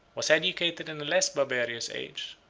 was educated in a less barbarous age,